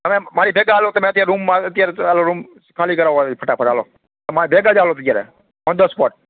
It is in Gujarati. તમે મારી ભેગા હાલો તમે અત્યારે રૂમમાં અત્યારે હાલો રૂમ ખાલી કરાવો ફટાફટ હાલો મારી ભેગા જ હાલો અત્યારે ઓન ધ સ્પોટ